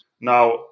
Now